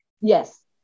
Yes